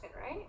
right